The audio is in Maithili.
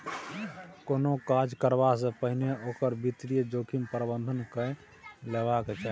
कोनो काज करबासँ पहिने ओकर वित्तीय जोखिम प्रबंधन कए लेबाक चाही